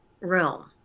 realm